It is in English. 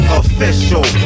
official